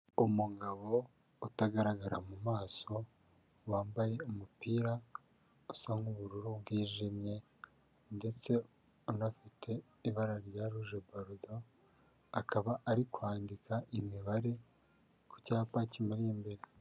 Umugabo utagaragara mu maso, wambaye umupira usa nk'ubururu bwijimye ndetse unafite ibara rya roje barudo, akaba ari kwandika imibare ku cyapa kimuri imbere.